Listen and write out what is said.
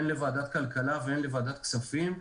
הן לוועדת הכלכלה והן לוועדת הכספים.